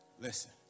listen